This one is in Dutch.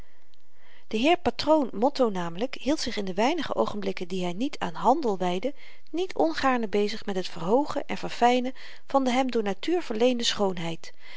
de heer patroon motto namelyk hield zich in de weinige oogenblikken die hy niet aan handel wydde niet ongaarne bezig met het verhoogen en verfynen van de hem door natuur verleende schoonheid